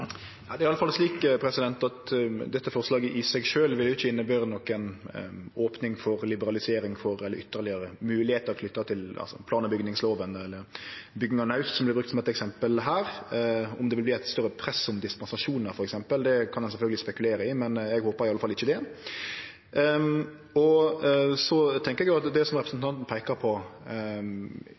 Det er iallfall slik at dette forslaget i seg sjølv ikkje vil innebere noka opning for, liberalisering for, eller ytterlegare moglegheiter knytte til plan- og bygningsloven, eller bygging av naust, som vart brukt som eit eksempel her. Om det f.eks. vil verte eit større press om dispensasjonar, kan ein sjølvsagt spekulere på, men eg håpar iallfall ikkje det. Så tenkjer eg òg at det representanten peikar på,